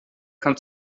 kann